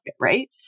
right